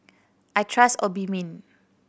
I trust Obimin